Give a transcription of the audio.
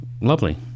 lovely